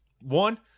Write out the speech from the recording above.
One